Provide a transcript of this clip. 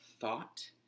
thought